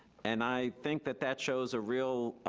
and i think that that shows a real